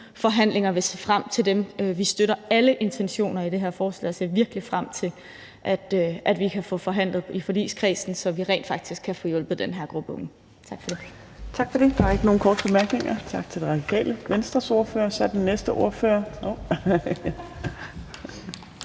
forhandlinger og vil se frem til dem. Vi støtter alle intentioner i det her forslag og ser virkelig frem til, at vi kan få forhandlet i forligskredsen, så vi rent faktisk kan få hjulpet den her gruppe unge. Tak for det.